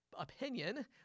opinion